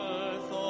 earth